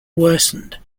worsened